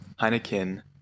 Heineken